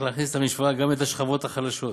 להכניס למשוואה גם את השכבות החלשות,